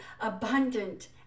abundant